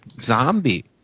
zombie